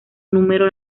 número